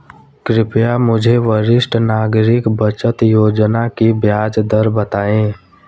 कृपया मुझे वरिष्ठ नागरिक बचत योजना की ब्याज दर बताएं